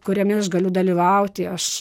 kuriame aš galiu dalyvauti aš